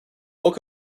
woke